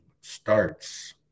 starts